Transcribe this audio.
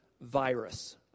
virus